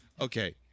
okay